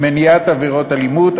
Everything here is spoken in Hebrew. מניעת עבירות אלימות,